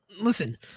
Listen